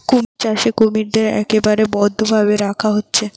কুমির চাষে কুমিরদের একবারে বদ্ধ ভাবে রাখা হচ্ছে